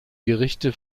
gerichte